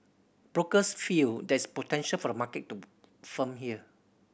brokers feel there is potential for the market to firm here